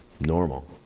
normal